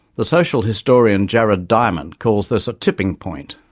the social historian jared diamond called this a tipping point.